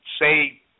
say